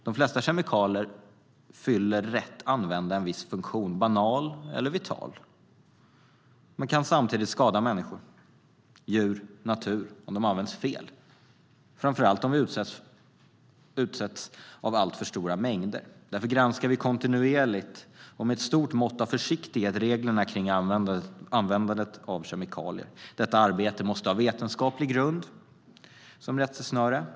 De flesta kemikalier fyller rätt använda en viss funktion - banal eller vital - men kan samtidigt skada människor, djur och natur om de används fel, framför allt om vi utsätts för alltför stora mängder. Därför granskar vi kontinuerligt och med ett stort mått av försiktighet reglerna kring användandet av kemikalier. Detta arbete måste ha en vetenskaplig grund som rättesnöre.